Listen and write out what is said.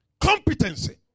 Competency